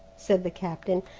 said the captain.